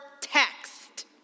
text